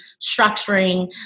structuring